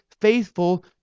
faithful